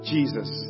Jesus